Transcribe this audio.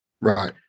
right